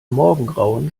morgengrauen